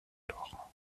laurent